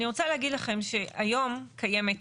אני רוצה להגיד לכם שהיום קיימת,